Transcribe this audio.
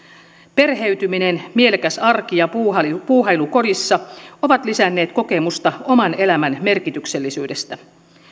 perheytyminen mielekäs arki ja puuhailu puuhailu kodissa ovat lisänneet kokemusta oman elämän merkityksellisyydestä